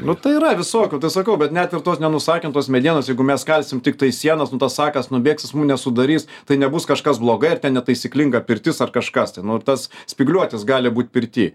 nu tai yra visokių sakau bet net ir tos nenusakintos medienos jeigu mes kalsim tiktai sienas nu tas sakas nubėgs jis mum nesudarys tai nebus kažkas blogai ar netaisyklinga pirtis ar kažkas tai nu ar tas spygliuotis gali būt pirty